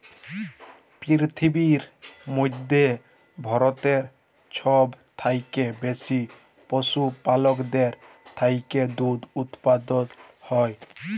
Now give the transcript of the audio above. পিরথিবীর মইধ্যে ভারতেল্লে ছব থ্যাইকে বেশি পশুপাললের থ্যাইকে দুহুদ উৎপাদল হ্যয়